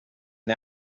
now